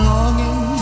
longing